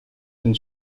and